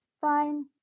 fine